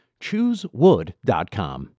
Choosewood.com